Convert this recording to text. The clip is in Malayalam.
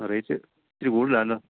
റേറ്റ് ഇത്തിരി കൂടുതലാണല്ലോ